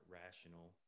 rational